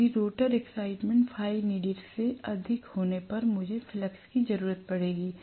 जबकि rotor excitement Φneeded से अधिक है होने पर मुझे फ्लक्स की जरूरत पड़ेगी